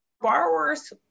borrowers